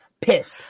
pissed